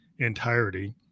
entirety